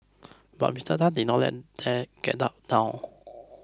but Mister Tan did not let that get him down